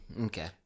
Okay